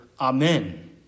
amen